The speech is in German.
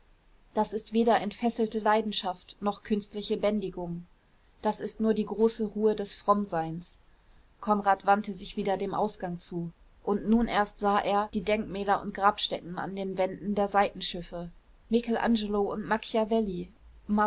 das ist weder entfesselte leidenschaft noch künstliche bändigung das ist nur die große ruhe des frommseins konrad wandte sich wieder dem ausgang zu und nun erst sah er die denkmäler und grabstätten an den wänden der seitenschiffe michelangelo und